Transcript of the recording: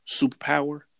superpower